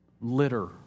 litter